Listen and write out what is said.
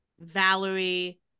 Valerie